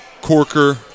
Corker